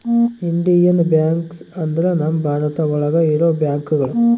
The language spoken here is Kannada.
ಇಂಡಿಯನ್ ಬ್ಯಾಂಕ್ಸ್ ಅಂದ್ರ ನಮ್ ಭಾರತ ಒಳಗ ಇರೋ ಬ್ಯಾಂಕ್ಗಳು